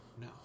No